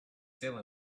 still